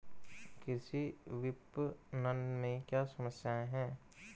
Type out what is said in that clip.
कृषि विपणन में क्या समस्याएँ हैं?